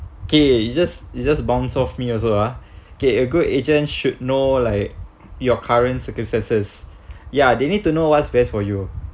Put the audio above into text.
K you just you just bounce off me also ah okay a good agent should know like your current circumstances ya they need to know what's best for you